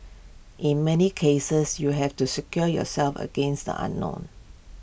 in many cases you have to secure yourself against the unknown